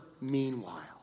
meanwhile